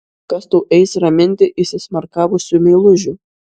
kas tau eis raminti įsismarkavusių meilužių